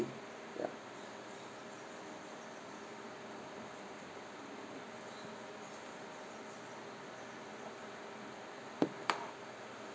ya